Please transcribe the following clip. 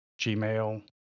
Gmail